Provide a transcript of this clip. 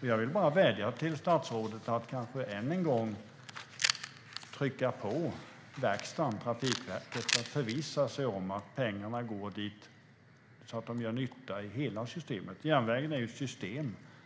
Jag vill bara vädja till statsrådet att än en gång trycka på Trafikverket och förvissa sig om att pengarna går dit där de gör nytta i hela systemet. Järnvägen är ju ett system.